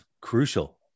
crucial